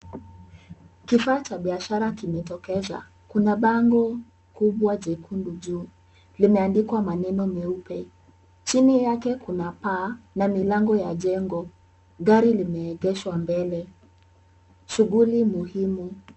Kifaa cha biashara kimetokeza. Kuna bango kubwa jekundu juu. Limeandikwa maneno meupe. Chini yake kuna paa na milango ya jengo. Gari limeegeshwa mbele. Shughuli muhimu.